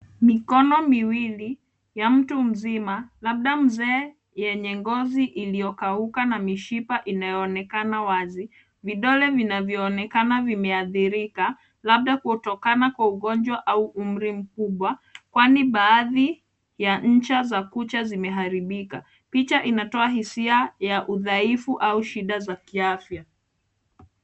Mikono miwili, ya mtu mzima, labda mzee yenye ngozi iliyo kauka na mkishipa inayo onekana wazi, vidole inavyo onekana vimeathirika, labda kutokana kwa ugonjwa au umri mkubwa, kwani baadhi ya ncha za kucha zimeharibika. Picha inatoa hisia ya udhaifu au shida za kiafya.